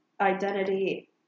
identity